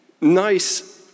nice